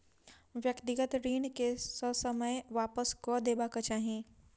व्यक्तिगत ऋण के ससमय वापस कअ देबाक चाही